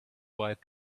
white